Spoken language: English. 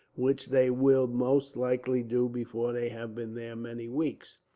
which they will most likely do before they have been there many weeks.